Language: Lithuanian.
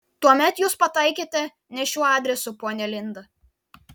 tuomet jūs pataikėte ne šiuo adresu ponia linda